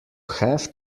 have